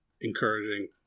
encouraging